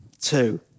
two